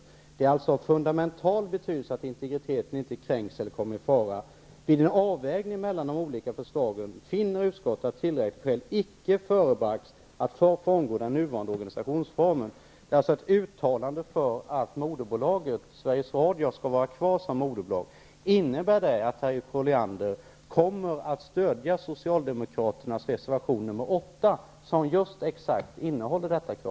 Hon anför vidare: ''Det är alltså av fundamental betydelse att integriteten inte kränks eller kommer i fara. Vid en avvägning mellan de olika förslagen finner utskottet att tillräckliga skäl inte förebragts att frångå den nuvarande organisationsformen.'' Det är alltså ett uttalande för att moderbolaget Innebär det att Harriet Colliander kommer att stödja socialdemokraternas reservation nr 8, där just detta krav framförs?